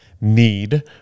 need